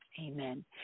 Amen